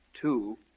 two